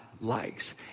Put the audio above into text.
likes